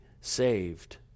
saved